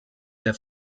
der